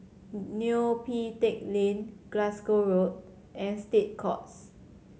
Neo Pee Teck Lane Glasgow Road and State Courts